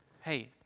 Hey